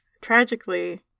Tragically